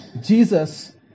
Jesus